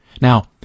Now